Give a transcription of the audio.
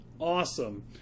awesome